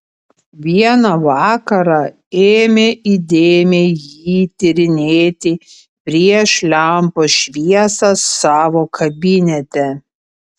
vieną vakarą ėmė įdėmiai jį tyrinėti prieš lempos šviesą savo kabinete